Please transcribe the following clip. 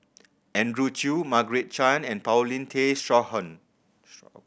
Andrew Chew Margaret Chan and Paulin Tay Straughan